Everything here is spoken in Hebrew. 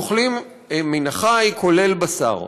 והם אוכלים מן החי, כולל בשר.